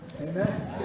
Amen